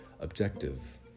objective